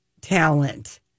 Talent